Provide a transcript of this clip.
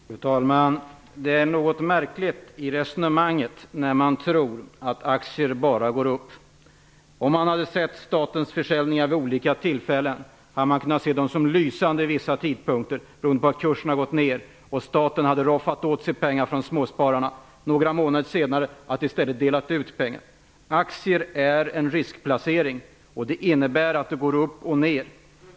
Fru talman! Det är något märkligt att man i detta resonemang tror att värdet på aktier bara går upp. Ser man på statens försäljningar vid olika tillfällen finner man att de vid vissa tidpunkter kunnat ses som lysande affärer för staten genom att kurserna gått ner. Staten kunde då sägas ha roffat åt sig pengar från småspararna. Några månader senare kunde man i stället kanske säga att staten delade ut pengar. Aktier är en riskplacering, och det innebär att kurserna går upp och ner.